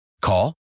Call